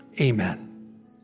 Amen